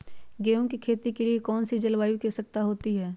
गेंहू की खेती के लिए कौन सी जलवायु की आवश्यकता होती है?